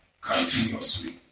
continuously